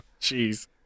Jeez